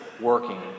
working